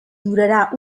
durarà